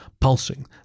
pulsing